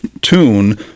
tune